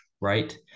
right